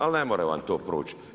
Ali ne more vam to proć!